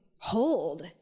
hold